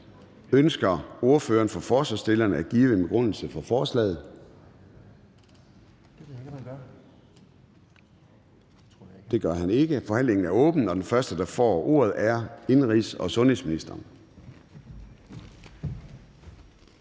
Ønsker ordføreren for forslagsstillerne at give en begrundelse for forslaget? Det gør han ikke. Forhandlingen er åbnet, og den første, der får ordet, er indenrigs- og sundhedsministeren.